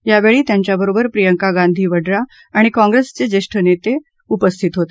यावेळी त्यांच्याबरोबर प्रियंका गांधी वड्रा आणि काँग्रेसचे ज्येष्ठ नेते होते